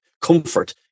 comfort